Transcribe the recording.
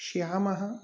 श्यामः